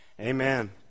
Amen